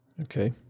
Okay